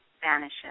vanishes